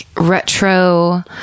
retro